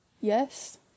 Yes